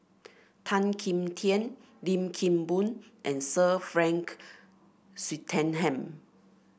Tan Kim Tian Lim Kim Boon and Sir Frank Swettenham